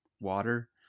water